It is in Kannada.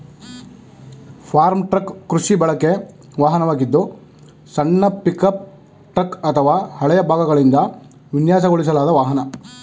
ಫಾರ್ಮ್ ಟ್ರಕ್ ಕೃಷಿ ಬಳಕೆ ವಾಹನವಾಗಿದ್ದು ಸಣ್ಣ ಪಿಕಪ್ ಟ್ರಕ್ ಅಥವಾ ಹಳೆಯ ಭಾಗಗಳಿಂದ ವಿನ್ಯಾಸಗೊಳಿಸಲಾದ ವಾಹನ